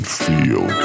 feel